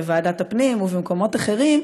בוועדת הפנים ובמקומות אחרים,